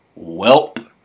welp